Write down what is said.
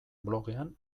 blogean